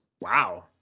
Wow